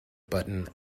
button